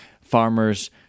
farmers